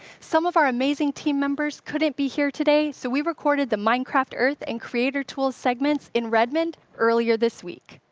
some of our amazing team members couldn't be here today, so we recorded the minecraft earth and creator tool segments in redmond earlier this week.